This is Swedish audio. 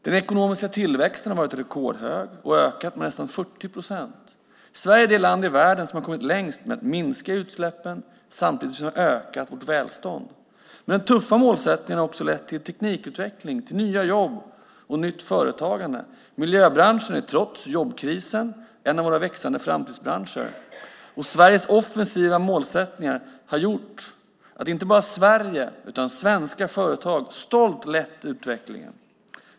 Den ekonomiska tillväxten har varit rekordhög och ökat med nästan 40 procent. Sverige är det land i världen som har kommit längst med att minska utsläppen samtidigt som vi har ökat vårt välstånd. Men den tuffa målsättningen har också lett till teknikutveckling, till nya jobb och till nytt företagande. Miljöbranschen är trots jobbkrisen en av våra växande framtidsbranscher. Sveriges offensiva målsättningar har gjort att inte bara Sverige utan svenska företag stolt lett utvecklingen.